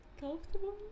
comfortable